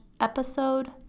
episode